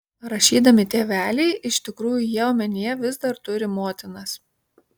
rašydami tėveliai iš tikrųjų jie omenyje vis dar turi motinas